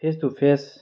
face to face